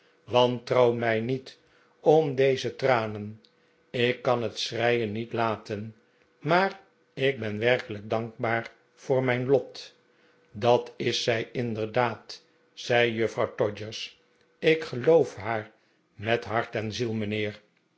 wantrouw mij niet om deze tranen ik kan het schreien niet laten maar ik ben werkelijk dankbaar voor mijn lot dat is zij inderdaad zei juffrouw todgers ik geloof haar met hart en ziel mijnheer